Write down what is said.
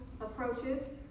approaches